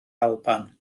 alban